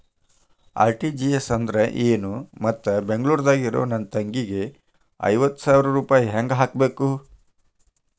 RTGS ಅಂದ್ರ ಏನು ಮತ್ತ ಬೆಂಗಳೂರದಾಗ್ ಇರೋ ನನ್ನ ತಂಗಿಗೆ ಐವತ್ತು ಸಾವಿರ ರೂಪಾಯಿ ಹೆಂಗ್ ಹಾಕಬೇಕು?